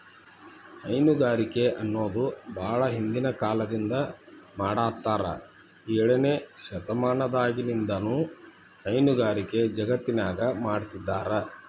ಹೈನುಗಾರಿಕೆ ಅನ್ನೋದು ಬಾಳ ಹಿಂದಿನ ಕಾಲದಿಂದ ಮಾಡಾತ್ತಾರ ಏಳನೇ ಶತಮಾನದಾಗಿನಿಂದನೂ ಹೈನುಗಾರಿಕೆ ಜಗತ್ತಿನ್ಯಾಗ ಮಾಡ್ತಿದಾರ